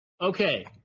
Okay